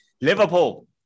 Liverpool